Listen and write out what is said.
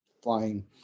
flying